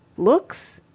looks.